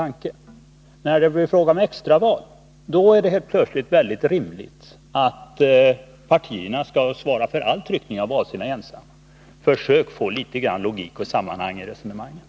Men när det blir fråga om extraval, då är det plötsligt helt rimligt att partierna ensamma skall svara för all tryckning av valsedlar. Försök att få litet logik och sammanhang i resonemanget!